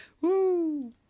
Woo